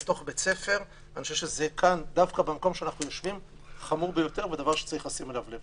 אני חושב שצריכה להיות קריאה